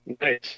Nice